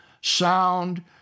sound